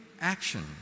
action